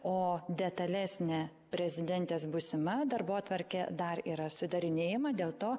o detalesnė prezidentės būsima darbotvarkė dar yra sudarinėjama dėl to